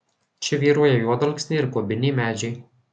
čia vyrauja juodalksniai ir guobiniai medžiai